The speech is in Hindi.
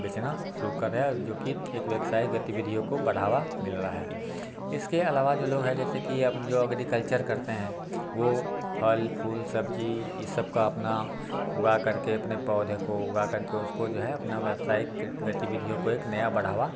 बेचना शुरू कर रे हैं और जो कि एक व्यकसाय गतिविधियों को बढ़ावा मिल रहा है इसके अलावा जो लोग हैं जैसे कि आप जो अग्रीकल्चर करते हैं वो फल फूल सब्ज़ी इस सबका अपना उगा करके अपने पौधे को उगा करके उसको जो है अपना व्यावसायिक गतिविधियों को एक नया बढ़ावा